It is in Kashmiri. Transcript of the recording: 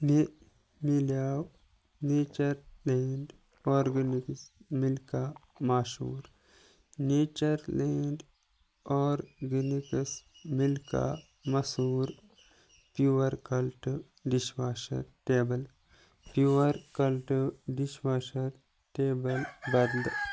مےٚ مِلیو نیچَر لینٛڈ آرگٮ۪نِکٕس مِلکا ماشوٗر نیچَر لینٛڈ آرگٮ۪نِکٕس مِلکا مسوٗر pure cult dish washer table pure cult dish washer table بدلہٕ